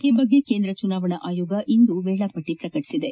ಈ ಬಗ್ಗೆ ಕೇಂದ್ರ ಚುನಾವಣಾ ಆಯೋಗ ಇಂದು ವೇಳಾಪಟ್ಟ ಪ್ರಕಟಿಸಿದೆ